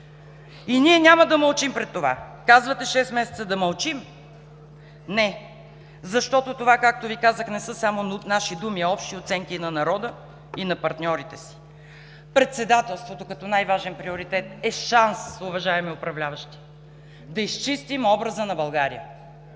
И ние няма да мълчим пред това! Казвате шест месеца да мълчим. Не! Защото това, както Ви казах, не са само наши думи, а общи оценки на народа и на партньорите. Председателството като най-важен приоритет е шанс, уважаеми управляващи, да изчистим образа на България.